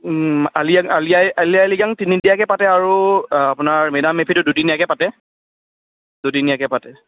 আলি আই আলি আই আলি আই লৃগাং তিনিদিনীয়াকৈ পাতে আৰু আপোনাৰ মে ডাম মে ফিটো দুদিনীয়াকৈ পাতে দুদিনীয়াকৈ পাতে